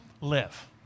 live